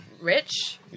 rich